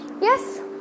Yes